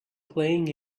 playing